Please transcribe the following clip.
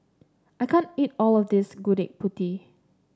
I can't eat all of this Gudeg Putih